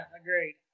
agreed